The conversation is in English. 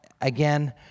Again